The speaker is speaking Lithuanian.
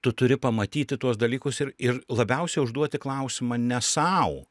tu turi pamatyti tuos dalykus ir ir labiausiai užduoti klausimą ne sau